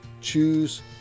choose